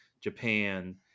Japan